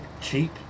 cheap